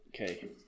Okay